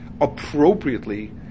appropriately